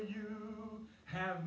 you have